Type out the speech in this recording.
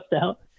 out